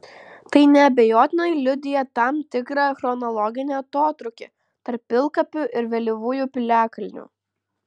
tai neabejotinai liudija tam tikrą chronologinį atotrūkį tarp pilkapių ir vėlyvųjų piliakalnių